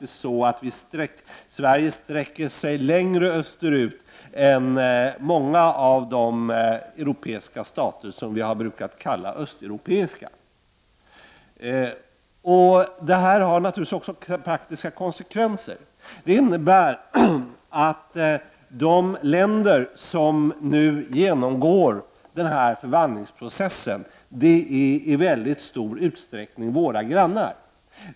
Sverige sträcker sig längre österut än många av de europeiska stater som vi brukar kalla östeuropeiska. Detta har naturligtvis också praktiska konsekvenser. Det innebär att de länder som nu genomgår denna förvandlingsprocess är i mycket stor utsträckning våra grannar.